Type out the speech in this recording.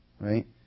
Right